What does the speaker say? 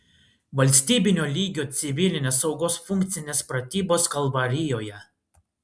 valstybinio lygio civilinės saugos funkcinės pratybos kalvarijoje